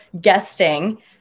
guesting